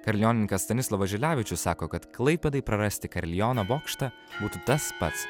karilionininkas stanislovas žilevičius sako kad klaipėdai prarasti kariliono bokštą būtų tas pats